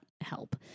help